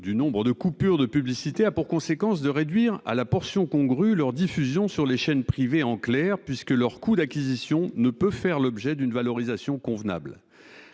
du nombre de coupures publicitaires a pour conséquence de réduire à la portion congrue la diffusion de fictions sur les chaînes privées en clair, puisque leur coût d'acquisition ne peut faire l'objet d'une valorisation convenable.